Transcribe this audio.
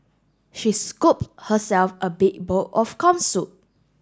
she scooped herself a big bowl of corn soup